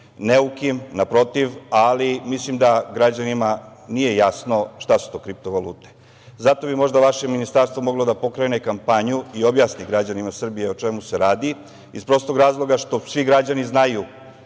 neukim, naprotiv, ali mislim da građanima nije jasno šta su to kriptovalute. Zato bi možda vaše Ministarstvo moglo da pokrene kampanju i objasni građanima Srbije o čemu se radi iz prostog razloga što svi građani znaju